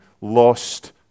lost